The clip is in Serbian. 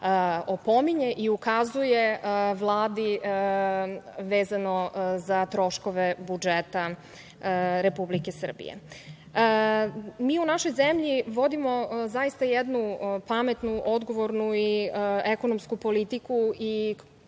i ukazuje Vladi vezano za troškove budžeta Republike Srbije. Mi u našoj zemlji vodimo zaista jednu pametnu, odgovornu i ekonomsku politiku.